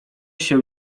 się